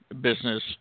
business